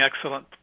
excellent